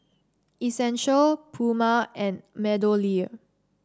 Essential Puma and MeadowLea